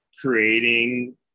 creating